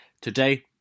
Today